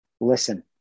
listen